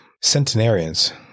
centenarians